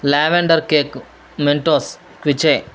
lavender cake Mentos quiche